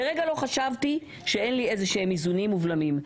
לרגע לא חשבתי שאין לי איזה שהם איזונים ובלמים.